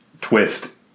twist